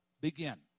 begin